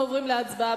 אנחנו עוברים להצבעה.